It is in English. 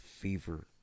fever